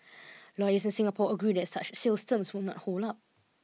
lawyers in Singapore agree that such sales terms would not hold up